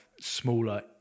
smaller